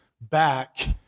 back